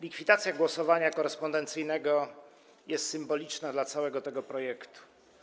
Likwidacja głosowania korespondencyjnego jest symboliczna dla tego projektu.